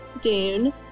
Dune